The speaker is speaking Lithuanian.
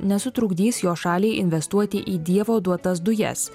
nesutrukdys jo šaliai investuoti į dievo duotas dujas